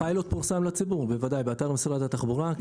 הפיילוט פורסם לציבור, בוודאי, באתר משרד התחבורה.